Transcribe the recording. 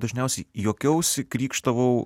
dažniausiai juokiausi krykštavau